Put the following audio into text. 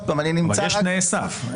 אבל רק תנאי סף,